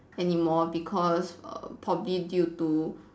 anymore because err probably due to